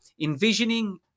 envisioning